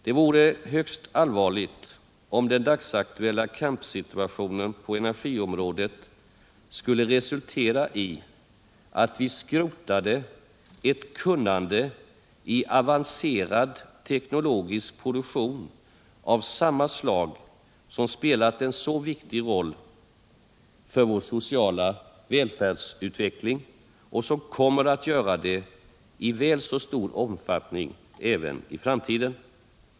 Det vore högst allvarligt om den dagsaktuella kampsituationen på energiområdet skulle resultera i att vi skrotade ett kunnande i avancerad teknologisk produktion av samma slag som spelat en så viktig roll för vår sociala välfärdsutveckling och som kommer att göra det i väl så stor omfattning även i framtiden.